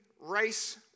race